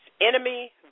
Enemy